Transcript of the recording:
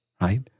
Right